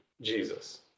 jesus